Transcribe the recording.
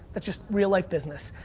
that's just real life business.